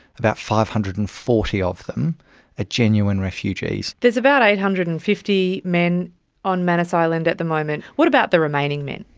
about five hundred and forty of them are genuine refugees. there's about eight hundred and fifty men on manus island at the moment. what about the remaining men?